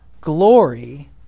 glory